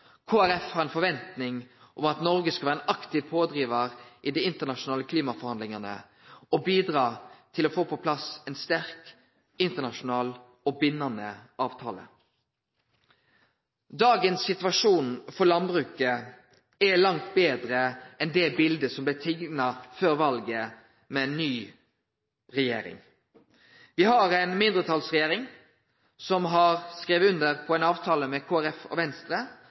Folkeparti har ei forventing om at Noreg skal vere ein aktiv pådrivar i dei internasjonale klimaforhandlingane og bidra til å få på plass ein sterk, internasjonal og bindande avtale. Med ei ny regjering er dagens situasjon for landbruket langt betre enn det bildet som blei teikna før valet. Me har ei mindretalsregjering som har skrive under på ein avtale med Kristeleg Folkpearti og Venstre